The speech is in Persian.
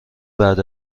بعد